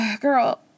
girl